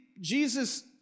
Jesus